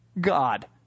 God